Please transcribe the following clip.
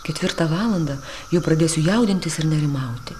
ketvirtą valandą jau pradėsiu jaudintis ir nerimauti